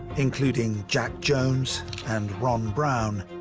including jack jones and ron brown,